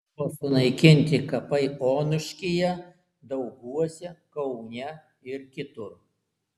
buvo sunaikinti kapai onuškyje dauguose kaune ir kitur